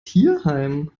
tierheim